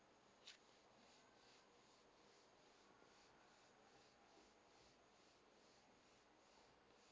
uh